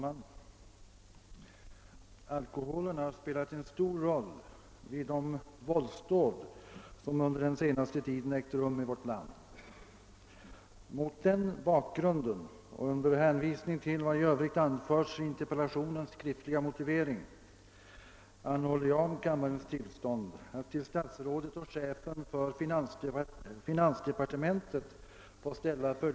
Herr talman! Herr Westberg i Ljusdal har frågat mig, om jag anser att det ökade antalet våldsdåd mot särskilt äldre personer kan ha något samband med att mellanölet är så lättillgängligt och om jag i så fall avser att vidta några åtgärder. Det är ett beklagligt faktum, att berusning kan vara orsaken till våldsdåd. Ibland kan sådant våldsdåd härledas till konsumtion av öl.